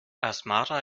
asmara